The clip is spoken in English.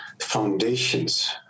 foundations